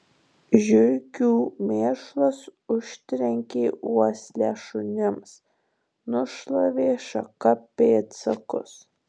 žiurkių mėšlas užtrenkė uoslę šunims nušlavė šaka pėdsakus